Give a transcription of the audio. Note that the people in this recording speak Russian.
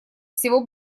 всего